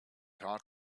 heart